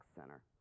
center